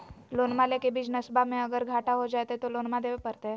लोनमा लेके बिजनसबा मे अगर घाटा हो जयते तो लोनमा देवे परते?